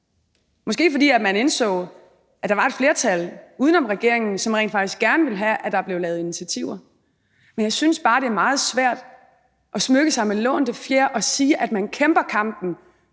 det, fordi man indså, at der var et flertal uden om regeringen, som rent faktisk gerne ville have, at der blev lavet initiativer. Men jeg synes bare, det er meget svært at smykke sig med lånte fjer og sige, at man kæmper kampen,